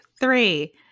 three